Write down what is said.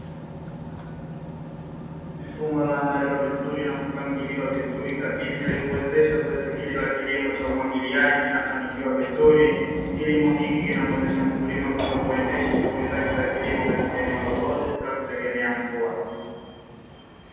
Mifumo iliyoandaliwa vizuri na kupangiliwa vizuri kabisa ili kuwezesha zoezi hili la kilimo cha umwagiliaji linafanikiwa vizuri, kilimo hiki kinamuwezesha mkulima kuweza kuendesha shughuli zake kilimo katika eneo lolote bila kutegemea mvua.